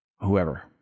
Whoever